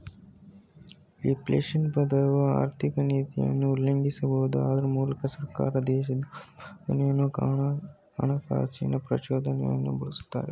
reflation ಪದವು ಆರ್ಥಿಕನೀತಿಯ ಉಲ್ಲೇಖಿಸಬಹುದು ಅದ್ರ ಮೂಲಕ ಸರ್ಕಾರ ದೇಶದ ಉತ್ಪಾದನೆಯನ್ನು ಹಣಕಾಸಿನ ಪ್ರಚೋದನೆಯನ್ನು ಬಳಸುತ್ತೆ